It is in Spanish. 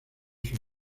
sus